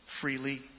Freely